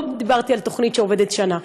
לא דיברתי על תוכנית שעובדת שנה,